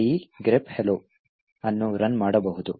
ಅನ್ನು ರನ್ ಮಾಡಬಹುದು